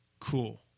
Cool